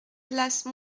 place